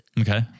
Okay